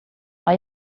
are